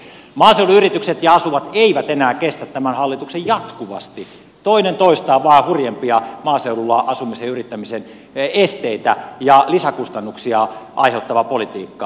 maaseudun yritykset ja maaseudulla asuvat eivät enää kestä tämän hallituksen jatkuvasti toinen toistaan vain hurjempia maaseudulla asumisen ja yrittämisen esteitä ja lisäkustannuksia aiheuttavaa politiikkaa